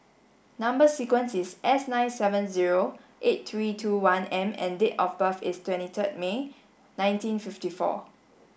number sequence is S nine seven zero eight three two one M and date of birth is twenty third May nineteen fifty four